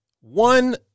one